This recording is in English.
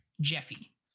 Jeffy